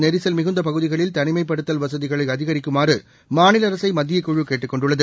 நெரிசல் மிகுந்தபகுதிகளில் மும்பையில் தனிமைப்படுத்தல் வசதிகளைஅதிகரிக்குமாறுமாநிலஅரசை மத்தியக்குழுகேட்டுக் கொண்டுள்ளது